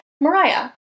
Mariah